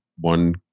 one